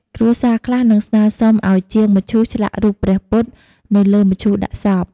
គ្រួសារខ្លះនឹងស្នើសុំឲ្យជាងមឈូសឆ្លាក់រូបព្រះពុទ្ធ នៅលើមឈូសដាក់សព។